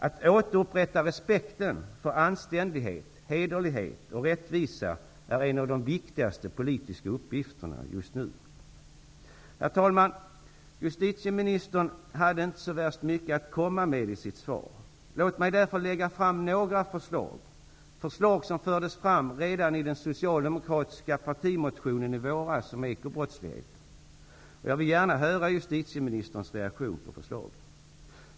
Att återupprätta respekten för anständighet, hederlighet och rättvisa är nu en av de viktigaste politiska uppgifterna. Herr talman! Justitieministern hade inte mycket att komma med i sitt svar. Låt mig därför lägga fram några förslag. Det är förslag som fördes fram redan i våras i den socialdemokratiska partimotionen om ekobrottsligheten. Jag vill gärna höra justitieministerns reaktion på förslagen.